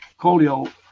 colio